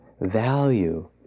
value